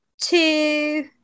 two